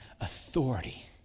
authority